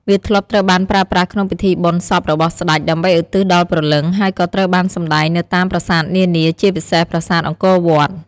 វាធ្លាប់ត្រូវបានប្រើប្រាស់ក្នុងពិធីបុណ្យសពរបស់ស្ដេច ដើម្បីឧទ្ទិសដល់ព្រលឹង ហើយក៏ត្រូវបានសម្ដែងនៅតាមប្រាសាទនានា ជាពិសេសប្រាសាទអង្គរវត្ត។